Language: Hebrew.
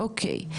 אוקי,